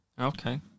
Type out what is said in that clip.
Okay